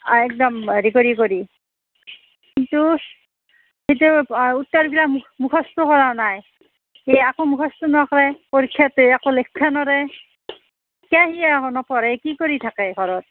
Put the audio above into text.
অঁ একদম হেৰি কৰি কৰি কিন্তু উত্তৰবিলাক মুখস্থ কৰা নাই এই আকো মুখস্থ নকৰেই পৰিক্ষাত আকৌ লেখিব নৰেই কিয়া সি অলপো নপঢ়েই কি কৰি থাকেই ঘৰত